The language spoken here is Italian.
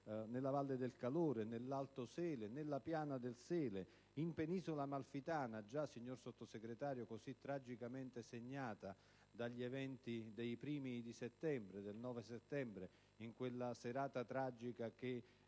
nella Valle del Calore, nell'Alto Sele, nella Piana del Sele, in Penisola amalfitana (già, signor Sottosegretario, così tragicamente segnata dagli eventi del 9 settembre, in quella serata tragica che